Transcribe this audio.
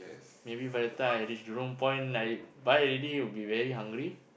maybe by the time I reach Jurong-Point I buy already will be very hungry